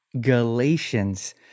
Galatians